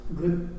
good